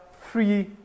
free